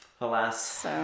Alas